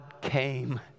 came